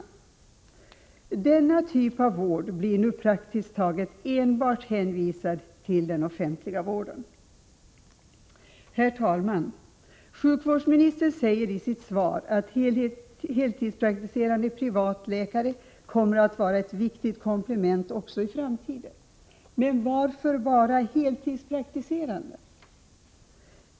De som efterfrågar denna typ av vård blir nu praktiskt taget enbart hänvisade till den offentliga vården. Herr talman! Sjukvårdsministern säger i sitt svar att heltidspraktiserande privatläkare kommer att vara ett viktigt komplement också i framtiden. Varför bara heltidspraktiserande?